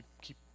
keep